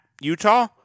Utah